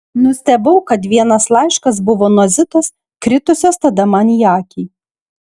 nustebau kad vienas laiškas buvo nuo zitos kritusios tada man į akį